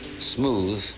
smooth